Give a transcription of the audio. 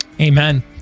Amen